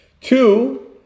Two